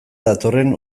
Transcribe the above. datorren